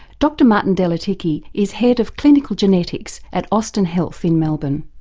dr martin delatycki is head of clinical genetics at austin health in melbourne.